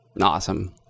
awesome